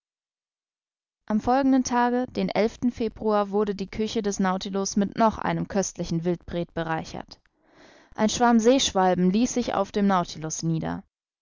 am folgenden tage den februar wurde die küche des nautilus mit noch einem köstlichen wildpret bereichert ein schwarm seeschwalben ließ sich auf dem nautilus nieder